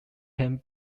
can